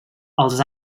als